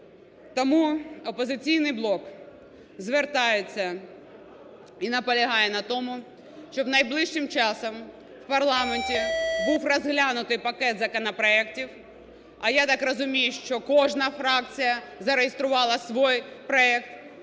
Тому "Опозиційний блок" звертається і на наполягає на тому, щоб найближчим часом в парламенті був розглянутий пакет законопроектів, а я так розумію, що кожна фракція зареєструвала свій проект,